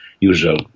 Usual